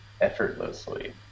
effortlessly